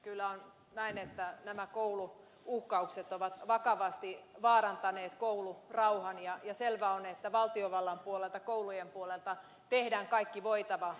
kyllä on näin että nämä koulu uhkaukset ovat vakavasti vaarantaneet koulurauhan ja selvä on että valtiovallan puolelta koulujen puolelta tehdään kaikki voitava